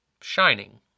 shining